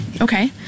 Okay